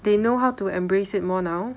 they know how to embrace it more now